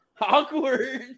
Awkward